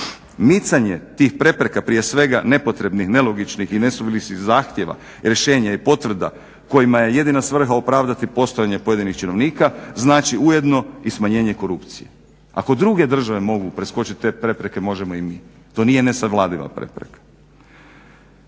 Micanje tih prepreka prije svega nepotrebnih, nelogičnih i nesuvislih zahtjeva, rješenja i potvrda kojima je jedina svrha opravdati postojanje pojedinih činovnika, znači ujedno i smanjenje korupcije. Ako druge države mogu preskočiti te prepreke možemo i mi. To nije nesavladiva prepreka.